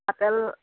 apple